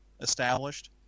established